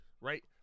right